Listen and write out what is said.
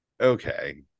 Okay